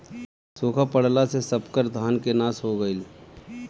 सुखा पड़ला से सबकर धान के नाश हो गईल